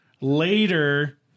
Later